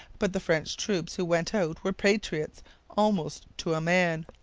but the french troops who went out were patriots almost to a man.